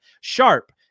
Sharp